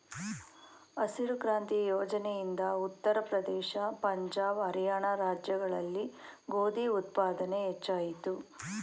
ಹಸಿರು ಕ್ರಾಂತಿ ಯೋಜನೆ ಇಂದ ಉತ್ತರ ಪ್ರದೇಶ, ಪಂಜಾಬ್, ಹರಿಯಾಣ ರಾಜ್ಯಗಳಲ್ಲಿ ಗೋಧಿ ಉತ್ಪಾದನೆ ಹೆಚ್ಚಾಯಿತು